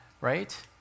right